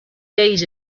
days